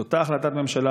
את אותה החלטת ממשלה,